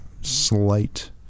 slight